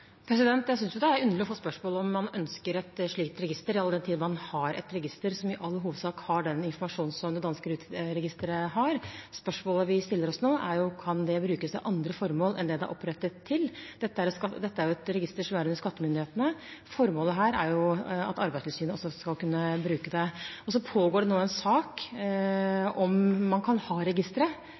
Jeg synes det er underlig å få spørsmål om man ønsker et slikt register, all den tid man har et register som i all hovedsak har den informasjonen som det danske RUT-registeret har. Spørsmålet vi stiller oss nå, er om det kan brukes til andre formål enn det det er opprettet til. Dette er et register som ligger under skattemyndighetene. Formålet er at Arbeidstilsynet også skal kunne bruke det. Det pågår nå en sak fra EFTAs side om hvorvidt man kan ha registeret,